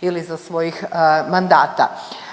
ili za svojim mandata.